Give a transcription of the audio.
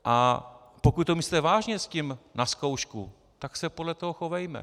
A pokud to myslíte vážně s tím na zkoušku, tak se podle toho chovejme.